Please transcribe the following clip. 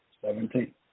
Seventeen